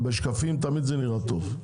בשקפים זה תמיד נראה טוב.